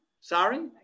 Sorry